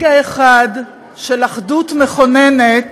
רגע אחד של אחדות מכוננת